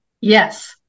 Yes